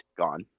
gone